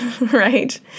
right